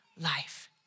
life